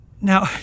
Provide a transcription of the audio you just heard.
Now